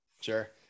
Sure